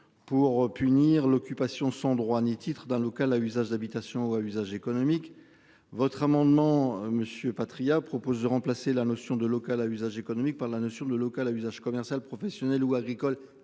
Pour punir l'occupation sans droit ni titre d'un local à usage d'habitation ou à usage économique. Votre amendement Monsieur Patriat propose de remplacer la notion de local à usage économique par la notion de local à usage commercial professionnel ou agricole